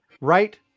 right